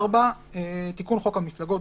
תיקון חוק המפלגות,